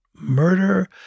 murder